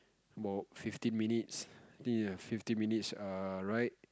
about fifteen minutes ya fifteen minutes err ride